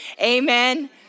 Amen